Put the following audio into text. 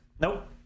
nope